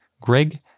Greg